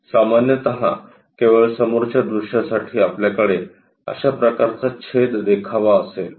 सामान्यत केवळ समोरच्या दृश्यासाठी आपल्याकडे अशा प्रकारचा छेद देखावा असेल